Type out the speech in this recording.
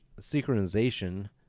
synchronization